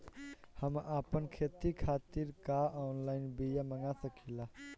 हम आपन खेती खातिर का ऑनलाइन बिया मँगा सकिला?